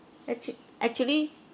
actu~ actually